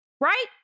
right